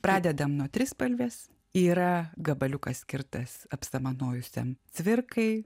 pradedam nuo trispalvės yra gabaliukas skirtas apsamanojusiam cvirkai